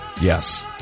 Yes